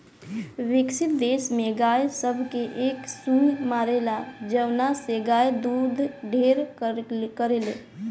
विकसित देश में गाय सब के एक सुई मारेला जवना से गाय दूध ढेर करले